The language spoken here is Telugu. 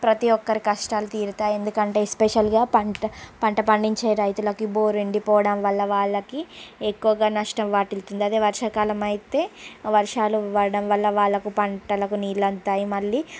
ప్రతి ఒక్కరి కష్టాలు తీరుతాయి ఎందుకంటే ఎస్పెషల్ గా పంట పంట పండించే రైతులకు బోర్ ఎండిపోవడం వల్ల వాళ్లకి ఎక్కువగా నష్టం వాటిల్లుతుంది అదే వర్షాకాలం అయితే వర్షాలు పడడం వల్ల వాళ్లకు పంటలకు నీళ్ళు అందుతాయి మళ్ళీ